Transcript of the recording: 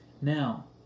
Now